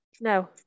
No